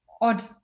odd